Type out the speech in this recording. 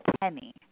penny